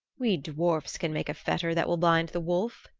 we dwarfs can make a fetter that will bind the wolf,